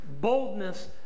boldness